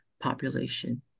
population